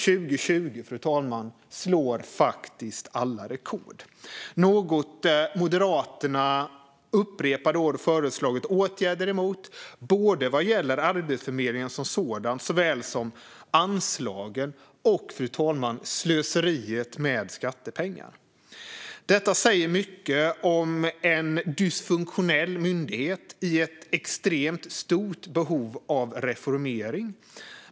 Men 2020 slås faktiskt alla rekord. Detta har Moderaterna upprepade gånger under åren föreslagit åtgärder mot, både vad gäller Arbetsförmedlingen som sådan och vad gäller anslagen och slöseriet med skattepengar. Detta säger mycket om en dysfunktionell myndighet i ett extremt stort behov av reformering.